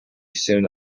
soon